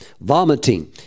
vomiting